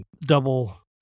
double